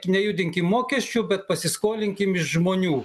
nejudinkim mokesčių bet pasiskolinkim iš žmonių